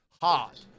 hard